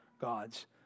gods